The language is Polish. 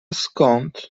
skąd